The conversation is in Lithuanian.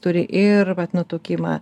turi ir vat nutukimą